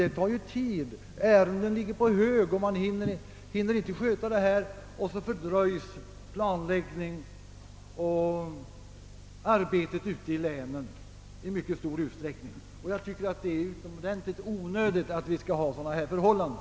Detta tar ju tid; ärenden ligger på hög och man hinner inte sköta uppgifterna, varför planläggning och annat arbete fördröjs ute i länen i mycket stor utsträckning. Jag tycker att det är synnerligen onödigt att det skall råda sådana förhållanden.